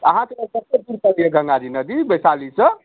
तऽ अहाँके कतेक दूर पर यऽ गङ्गाजी नदी बैशालीसँ